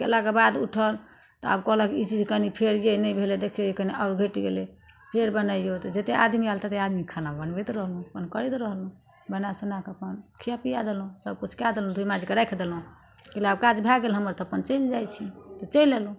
कयलाके बाद उठल तऽ आब ई चीज कनि फेर जे नहि भेलै देखियौ कनि आओर घटि गेलै फेर बनैयो तऽ जत्ते आदमी आयल तत्ते आदमीके खाना बनबैत रहलहुँ अपन करैत रहलहुँ बना सुनाके अपन खिया पिया देलहुँ सभ किछु कए देलहुँ धो माजिकऽ राखि देलहुँ कहलियै आब काज भए गेल हमर तऽ अपन चलि जाइ छी तऽ चलि अयलहुँ